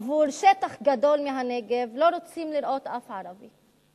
עבור שטח גדול מהנגב לא רוצים לראות אף ערבי.